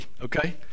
okay